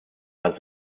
als